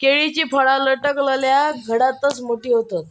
केळीची फळा लटकलल्या घडातच मोठी होतत